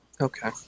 Okay